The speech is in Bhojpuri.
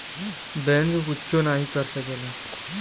बैंक कुच्छो नाही कर सकेला